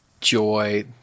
joy